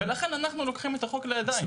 ולכן אנחנו לוקחים את החוק לידיים.